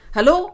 Hello